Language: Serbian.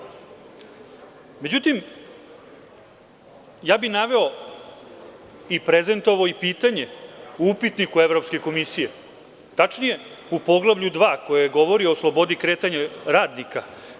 Međutim, naveo bih i prezentovao i pitanje u Upitniku Evropske komisije, tačnije u Poglavlju 2 koje govori o slobodi kretanja radnika.